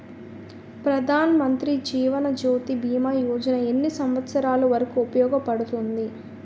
ప్రధాన్ మంత్రి జీవన్ జ్యోతి భీమా యోజన ఎన్ని సంవత్సారాలు వరకు ఉపయోగపడుతుంది?